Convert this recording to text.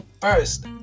first